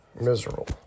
miserable